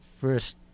first